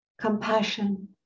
compassion